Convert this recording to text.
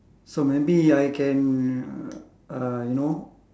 so maybe I can uh you know